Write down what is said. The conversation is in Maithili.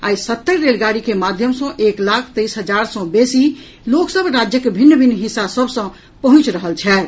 आइ सत्तरि रेलगाड़ी के माध्यम सँ एक लाख तेईस हजार सँ बेसी लोक सभ राज्यक भिन्न भिन्न हिस्सा सभ सँ पहुंचि रहल छथि